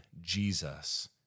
Jesus